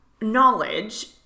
knowledge